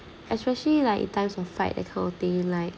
especially like in times of fight that kind of thing like